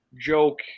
joke